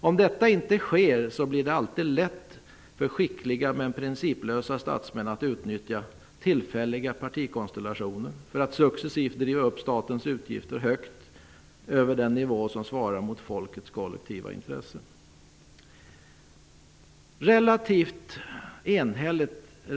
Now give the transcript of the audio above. Om detta inte sker blir det lätt för skickliga men principlösa statsmän att utnyttja tillfälliga partikonstellationer för att successivt driva upp statens utgifter högt över den nivå som svarar mot folkets kollektiva intressen.